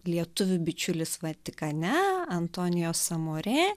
lietuvių bičiulis vatikane antonijo samorė